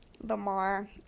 Lamar